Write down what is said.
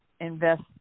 invest